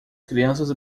crianças